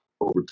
over